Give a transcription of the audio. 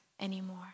anymore